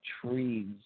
trees